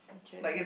okay